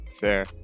Fair